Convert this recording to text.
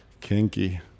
kinky